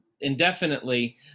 indefinitely